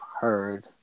heard